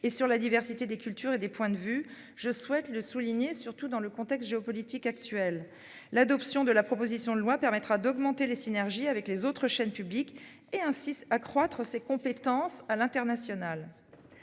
et sur la diversité des cultures et des points de vue- je souhaite le souligner dans le contexte géopolitique actuel -, l'adoption de la proposition de loi permettra d'augmenter les synergies avec les autres chaînes publiques et, ainsi, d'accroître ses compétences à l'international.